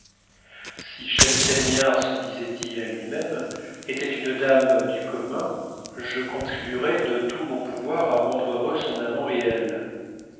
si schemselnihar se disait-il à lui-même était une dame du commun je contribuerais de tout mon pouvoir à rendre heureux son amant et elle